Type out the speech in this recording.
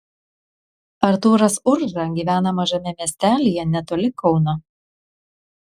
artūras urža gyvena mažame miestelyje netoli kauno